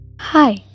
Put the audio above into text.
Hi